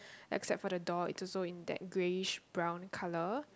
except for the door it is also in that greyish brown colour